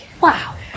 Wow